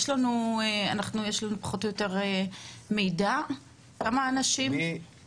יש לנו פחות או יותר מידע על כמה אנשים מדובר?